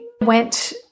went